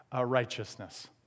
Righteousness